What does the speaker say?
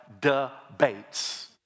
debates